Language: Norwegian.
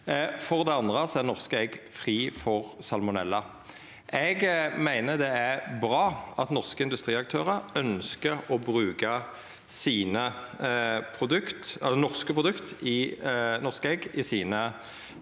For det andre er norske egg frie for salmonella. Eg meiner det er bra at norske industriaktørar ønskjer å bruka norske egg i sine produkt.